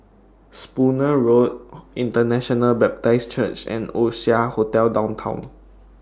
Spooner Road International Baptist Church and Oasia Hotel Downtown